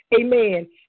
Amen